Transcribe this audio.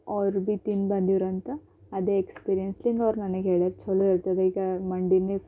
ಅವ್ರು ಬಿ ತಿಂದು ಬಂದಿರಂತೆ ಅದೇ ಎಕ್ಸ್ಪೀರಿಯನ್ಸ್ಲಿಂದ ಅವ್ರು ನನಗ್ ಹೇಳ್ಯಾರ್ ಛಲೋ ಐತದೀಗ ಮಂಡಿ